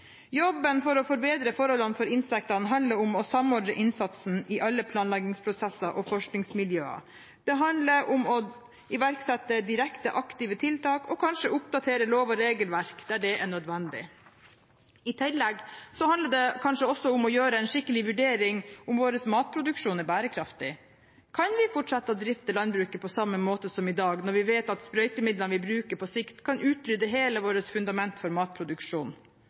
Jobben for å forbedre forholdene for insektene handler om å samordne innsatsen i alle planleggingsprosesser og forskningsmiljøer. Det handler om å iverksette direkte aktive tiltak og kanskje oppdatere lov og regelverk der det er nødvendig. I tillegg handler det kanskje også om å gjøre en skikkelig vurdering av om vår matproduksjon er bærekraftig. Kan vi fortsette å drifte landbruket på samme måte som i dag, når vi vet at sprøytemidlene vi bruker, på sikt kan utrydde hele vårt fundament for matproduksjon?